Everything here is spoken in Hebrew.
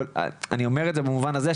אני אומר את זה במובן הזה,